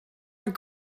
not